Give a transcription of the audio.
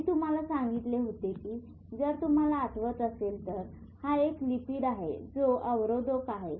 मी तुम्हाला सांगितले होते की जर तुम्हाला आठवत असेल तर हा एक लिपिड आहे जो अवरोधक आहे